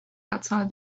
outside